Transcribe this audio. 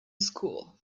school